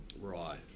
Right